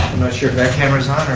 sure if that camera is on.